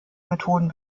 methoden